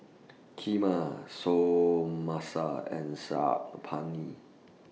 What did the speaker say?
Kheema Samosa and Saag Paneer